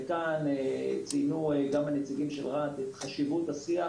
וכאן ציינו גם הנציגים של רהט את חשיבות השיח